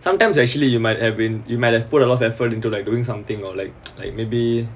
sometimes actually you might have been you might have put a lot of effort into like doing something or like like maybe